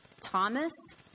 Thomas